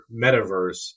metaverse